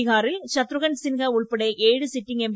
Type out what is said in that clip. ബീഹാറിൽ ശത്രുഘൻ സിംഹ ഉൾപ്പെടെ ഏഴ് സിറ്റിംങ്ങ് എം